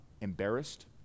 embarrassed